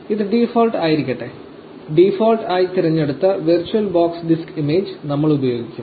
ഇത് ഡീഫോൾട് ആയിരിക്കട്ടെ ഡീഫോൾട് ആയി തിരഞ്ഞെടുത്ത വെർച്വൽ ബോക്സ് ഡിസ്ക് ഇമേജ് നമ്മൾ ഉപയോഗിക്കും